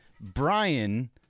Brian